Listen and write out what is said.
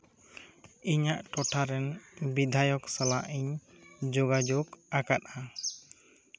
ᱤᱧᱟᱹᱜ ᱴᱚᱴᱷᱟᱨᱮᱱ ᱵᱤᱫᱷᱟᱭᱚᱠ ᱥᱟᱞᱟᱜ ᱤᱧ ᱡᱳᱜᱟᱡᱳᱜᱽ ᱟᱠᱟᱫᱼᱟ